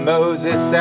Moses